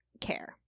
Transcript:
care